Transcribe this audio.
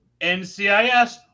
NCIS